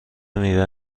میوه